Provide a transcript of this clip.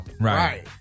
right